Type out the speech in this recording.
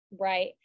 Right